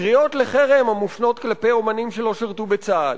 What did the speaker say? קריאות לחרם המופנות כלפי אמנים שלא שירתו בצה"ל,